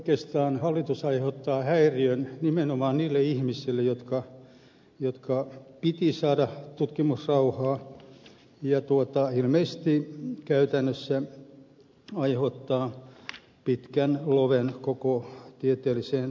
oikeastaan hallitus aiheuttaa häiriön nimenomaan niille ihmisille joiden piti saada tutkimusrauha ja ilmeisesti käytännössä tämä aiheuttaa pitkän loven koko tieteelliseen tutkimustyöhön